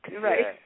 Right